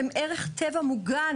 הם ערך טבע מוגן.